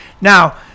Now